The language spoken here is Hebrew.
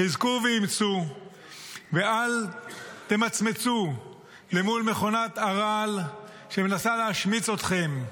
חזקו ואמצו ואל תמצמצו מול מכונת הרעל שמנסה להשמיץ אתכם.